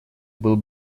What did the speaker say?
был